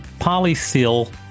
Polyseal